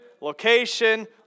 location